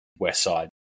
Westside